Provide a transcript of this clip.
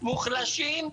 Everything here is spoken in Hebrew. מוחלשים,